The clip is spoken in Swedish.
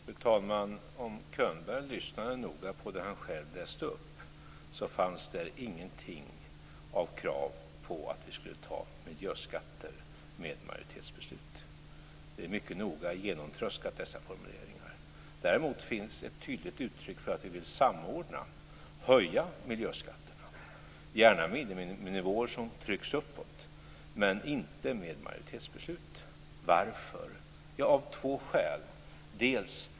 Fru talman! Om Könberg lyssnade noga på det han själv läste upp, hörde han att där inte fanns något krav på att vi skulle ta miljöskatter med majoritetsbeslut. Dessa formuleringar är mycket noga genomtröskade. Däremot finns det ett tydligt uttryck för att vi vill samordna och höja miljöskatterna, gärna genom att miniminivåer trycks uppåt, men inte med majoritetsbeslut. Varför? Jo, det finns två skäl.